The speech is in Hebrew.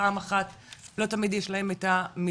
פעם אחת לא תמיד יש להם את המילים,